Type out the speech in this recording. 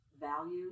value